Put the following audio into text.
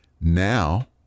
Now